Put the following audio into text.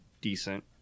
decent